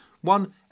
one